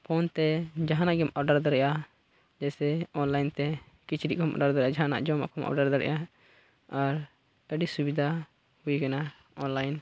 phone ᱛᱮ ᱡᱟᱦᱟᱱᱟᱜ ᱜᱮᱢ ᱚᱰᱟᱨ ᱫᱟᱲᱮᱭᱟᱜᱼᱟ ᱡᱮᱭᱥᱮ ᱚᱱᱞᱟᱭᱤᱱ ᱛᱮ ᱠᱤᱪᱨᱤᱡ ᱮᱢ ᱚᱰᱟᱨ ᱫᱟᱲᱮᱭᱟᱜᱼᱟ ᱡᱟᱦᱟᱱᱟᱜ ᱡᱚᱢᱟᱜ ᱠᱚᱢ ᱚᱰᱟᱨ ᱫᱟᱲᱮᱭᱟᱜᱼᱟ ᱟᱨ ᱟᱹᱰᱤ ᱥᱩᱵᱤᱫᱷᱟ ᱦᱩᱭ ᱠᱟᱱᱟ ᱚᱱᱞᱟᱭᱤᱱ